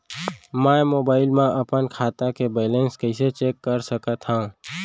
मैं मोबाइल मा अपन खाता के बैलेन्स कइसे चेक कर सकत हव?